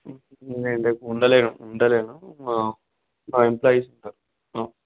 నేను రేపు ఉండను ఉంటలేను మా ఎంప్లాయిస్ ఉంటారు